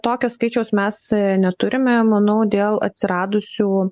tokio skaičiaus mes neturime manau dėl atsiradusių